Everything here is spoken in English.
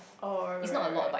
oh right right right right